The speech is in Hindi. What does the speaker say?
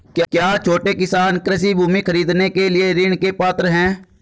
क्या छोटे किसान कृषि भूमि खरीदने के लिए ऋण के पात्र हैं?